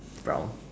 brown